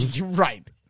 Right